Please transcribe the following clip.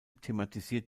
thematisiert